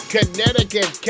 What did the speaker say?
Connecticut